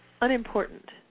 unimportant